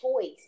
choice